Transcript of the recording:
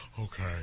okay